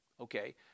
Okay